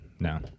No